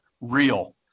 real